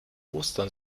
ostern